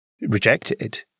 rejected